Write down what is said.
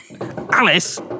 Alice